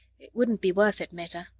it wouldn't be worth it, meta.